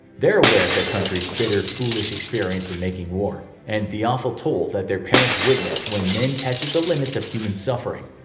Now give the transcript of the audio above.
they're aware of their country's bitter, foolish experience in making war, and the awful toll that their parents witnessed when men tested the limits of human suffering.